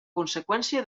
conseqüència